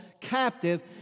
Captive